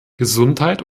gesundheit